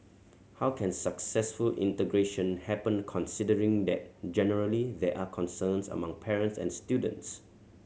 how can successful integration happen considering that generally there are concerns among parents and students